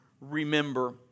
remember